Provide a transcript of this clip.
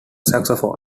saxophone